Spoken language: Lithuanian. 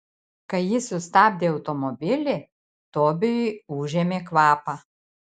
kai ji sustabdė automobilį tobijui užėmė kvapą